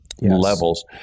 levels